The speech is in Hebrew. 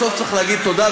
בסוף צריך להגיד תודה.